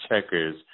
checkers